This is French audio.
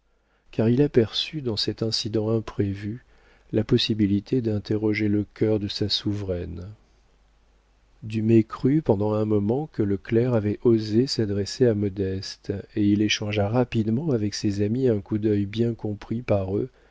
car il aperçut dans cet incident imprévu la possibilité d'interroger le cœur de sa souveraine dumay crut pendant un moment que le clerc avait osé s'adresser à modeste et il échangea rapidement avec ses amis un coup d'œil bien compris par eux